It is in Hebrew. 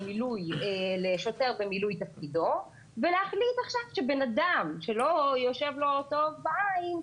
לשוטר במילוי תפקידו ולהחליט שבן אדם שלא יושב לו טוב בעין,